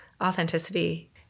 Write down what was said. authenticity